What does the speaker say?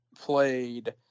played